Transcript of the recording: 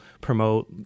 promote